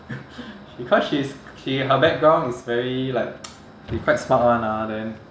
because she's she her background is very like she quite smart [one] ah then